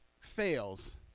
fails